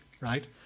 right